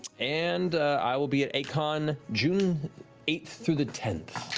and i will be at a-kon, june eighth to the tenth.